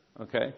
Okay